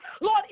Lord